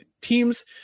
teams